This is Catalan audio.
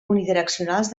unidireccionals